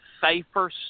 safer